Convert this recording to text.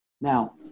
Now